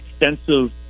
extensive